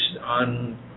on